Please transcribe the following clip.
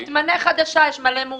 תתמנה חדשה, יש מלא מועמדים.